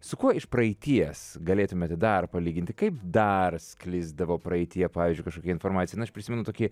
su kuo iš praeities galėtumėte dar palyginti kaip dar sklisdavo praeityje pavyzdžiui kažkokia informacija na aš prisimenu tokį